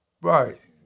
Right